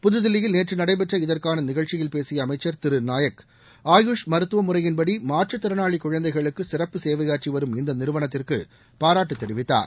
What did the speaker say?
புதுதில்லியில் நேற்று நடைபெற்ற இதற்கான நிகழ்ச்சியில் பேசிய அமைச்சர் திரு நாயக் ஆயூஷ் மருத்துவ முறையின்படி மாற்றுத்திறனாளி குழந்தைகளுக்கு சிறப்பு சேவையாற்றி வரும் இந்த நிறுவனத்திற்கு பாராட்டு தெரிவித்தார்